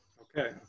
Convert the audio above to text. Okay